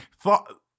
thought